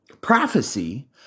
prophecy